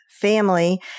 family